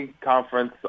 conference